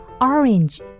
Orange